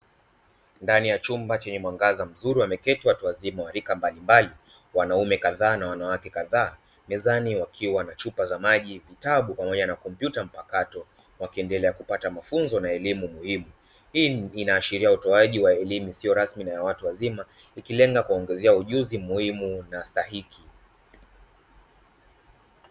Ndani ya chumba chenye mwanga mzuri wameketi watu wazima wa rika mbalimbali, wanaume kadhaa na wanawake kadhaa. Mezani wakiwa na chupa za maji, vitabu pamoja na kompyuta mpakato; wakiendelea kupata mafunzo na elimu muhimu. Hii inaashiria utoaji wa elimu isiyo rasmi na ya watu wazima, ikilenga kuongeza ujuzi muhimu na stahiki.